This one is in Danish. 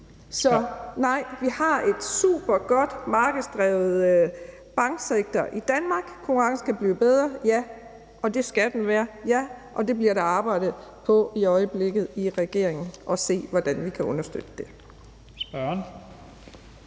Så nej, vi har en supergod markedsdrevet banksektor i Danmark. Konkurrencen kan blive bedre, ja, og det skal den være, og det bliver der arbejdet på i øjeblikket i regeringen, hvor man ser på, hvordan man kan understøtte det. Kl.